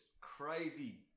crazy